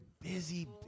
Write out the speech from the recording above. Busy